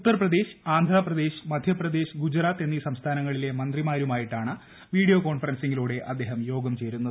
ഉത്തർപ്രദേശ് ആന്ധ്ര പ്രദേശ് മധ്യ പ്രദേശ് ഗുജറാത്ത് എന്നീ സംസ്ഥാനങ്ങളിലെ മന്ത്രിമാരുമായിട്ടാണ് വീഡിയോ കോൺഫറൻസിലൂടെ അദ്ദേഹം യോഗം ചേരുന്നത്